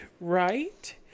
Right